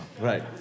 Right